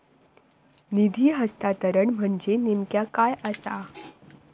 निधी हस्तांतरण म्हणजे नेमक्या काय आसा?